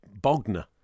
Bogner